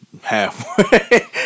halfway